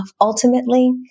ultimately